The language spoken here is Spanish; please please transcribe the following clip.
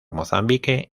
mozambique